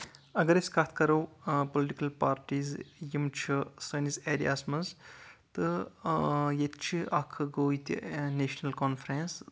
اَگر أسۍ کَتھ کَرو پولٹکل پارٹیٖز یِم چھِ سٲنِس ایریاہس منٛز تہٕ ییٚتہِ چھِ اکھ گوٚو ییٚتہِ نیشنل کانفرنس